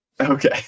Okay